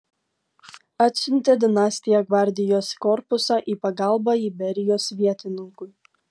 atsiuntė dinastija gvardijos korpusą į pagalbą iberijos vietininkui